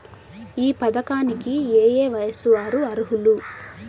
ఈ పథకానికి ఏయే వయస్సు వారు అర్హులు?